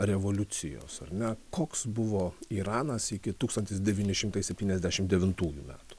revoliucijos ar ne koks buvo iranas iki tūkstantis devyni šimtai septyniasdešim devintųjų metų